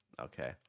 okay